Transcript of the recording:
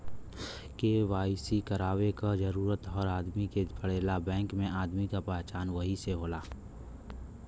KYC करवाये क जरूरत हर आदमी के पड़ेला बैंक में आदमी क पहचान वही से होला